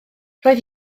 roedd